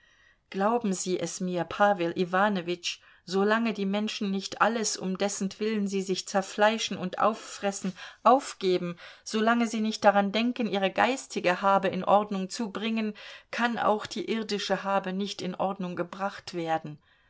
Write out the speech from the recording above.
glauben sie es mir pawel iwanowitsch solange die menschen nicht alles um dessentwillen sie sich zerfleischen und auffressen aufgeben solange sie nicht daran denken ihre geistige habe in ordnung zu bringen kann auch die irdische habe nicht in ordnung gebracht werden